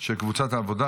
של קבוצת העבודה,